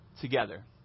together